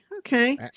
okay